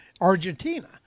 Argentina